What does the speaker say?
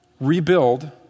rebuild